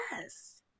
Yes